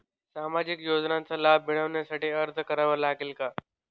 सामाजिक योजनांचा लाभ मिळविण्यासाठी अर्ज करावा लागेल का?